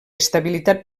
estabilitat